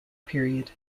period